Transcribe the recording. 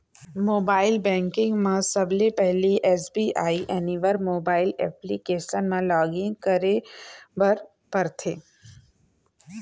mobile banking म सबले पहिली एस.बी.आई एनिवर मोबाइल एप्लीकेसन म लॉगिन करे बर परथे